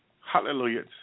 Hallelujah